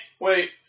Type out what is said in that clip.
wait